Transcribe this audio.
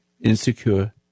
insecure